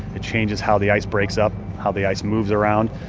it changes how the ice breaks up, how the ice moves around.